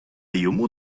йому